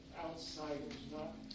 outsiders—not